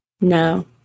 no